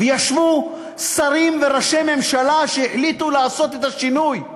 וישבו שרים וראשי ממשלה והחליטו לעשות את השינוי,